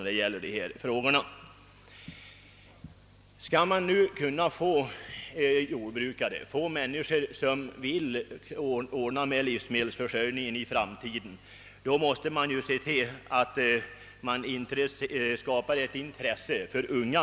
Om i framtiden människor skall vilja bli jordbrukare, måste vi skapa intresse och förutsättningar för de unga för att åta sig uppgiften att klara vår livsmedelsförsörjning.